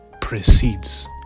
precedes